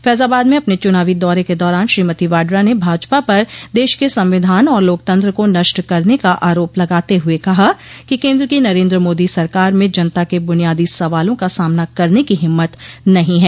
फैजाबाद में अपने चुनावी दौरे के दौरान श्रीमती वाड्रा ने भाजपा पर देश के संविधान और लोकतंत्र को नष्ट करने का आरोप लगाते हुए कहा कि केन्द्र की नरेन्द्र मोदी सरकार में जनता क बुनियादी सवालों का सामना करने की हिम्मत नहीं है